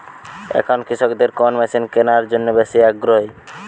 এখন কৃষকদের কোন মেশিন কেনার জন্য বেশি আগ্রহী?